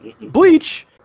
Bleach